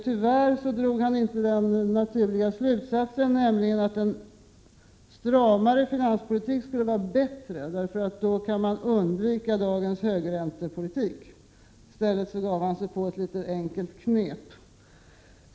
Tyvärr drog han inte den naturliga slutsatsen, nämligen att en stramare finanspolitik skulle vara bättre, eftersom man därmed kan undvika dagens högräntepolitik. I stället gav sig finansministern på ett litet enkelt knep.